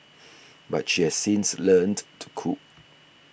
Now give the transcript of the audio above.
but she has since learnt to cope